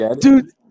Dude